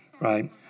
right